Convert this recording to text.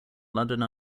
london